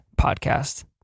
Podcast